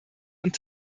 und